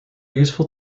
useful